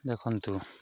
ଦେଖନ୍ତୁ